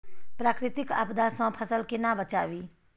प्राकृतिक आपदा सं फसल केना बचावी?